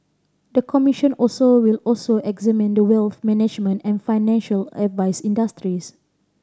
the commission also will also examine the wealth management and financial advice industries